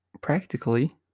practically